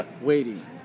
waiting